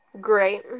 Great